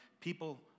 people